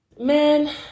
Man